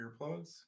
earplugs